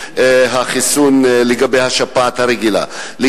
החיסון נגד השפעת הרגילה קצת יותר למודעות.